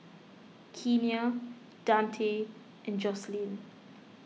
Kenia Dante and Joselyn